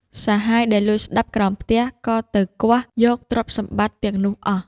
សហាយដែលលួចស្ដាប់ក្រោមផ្ទះ ក៏ទៅគាស់យកទ្រព្យសម្បត្តិទាំងនោះអស់។